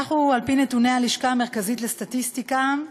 על-פי נתוני הלשכה המרכזית לסטטיסטיקה,